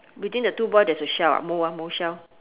between the two boy there's a shell ah mou ah mou shell